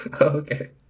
Okay